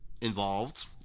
involved